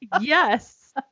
Yes